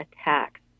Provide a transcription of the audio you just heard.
attacks